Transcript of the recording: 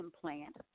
plant